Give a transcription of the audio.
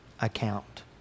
account